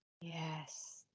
Yes